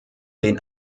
den